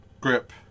grip